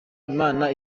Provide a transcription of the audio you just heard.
imana